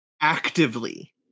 actively